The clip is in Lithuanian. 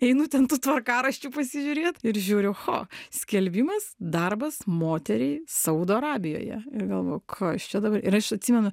einu ten tų tvarkaraščių pasižiūrėt ir žiūriu o skelbimas darbas moteriai saudo arabijoje ir galvoju kas čia dabar ir aš atsimenu